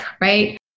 right